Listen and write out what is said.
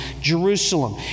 Jerusalem